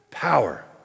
power